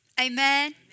Amen